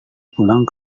pulang